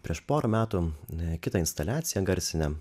prieš porą metų kitą instaliaciją garsinę